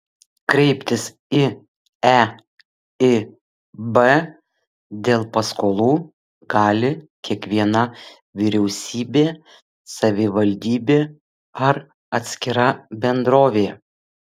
kreiptis į eib dėl paskolų gali kiekviena vyriausybė savivaldybė ar atskira bendrovė